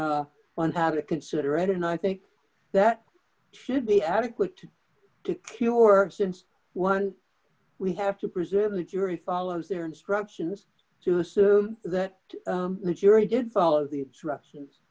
y on how to consider it and i think that should be adequate to cure since one we have to preserve the jury follows their instructions to assume that the jury did follow the obstructions